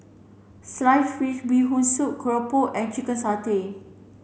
sliced fish bee hoon soup Keropok and chicken satay